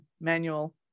manual